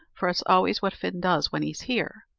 for it's always what fin does when he's here.